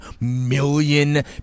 million